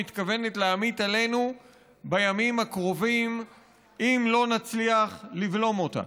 מתכוונת להמיט עלינו בימים הקרובים אם לא נצליח לבלום אותה.